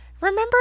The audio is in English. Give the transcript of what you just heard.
Remember